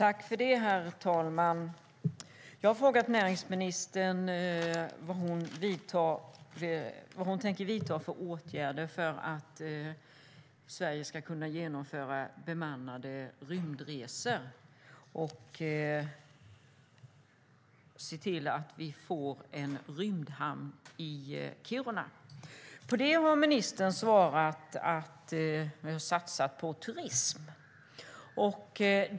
Herr talman! Jag har frågat näringsministern vad hon tänker vidta för åtgärder för att Sverige ska kunna genomföra bemannade rymdresor och se till att vi får en rymdhamn i Kiruna. På det har ministern svarat att man satsar på turism.